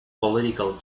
political